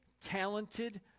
talented